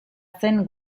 zen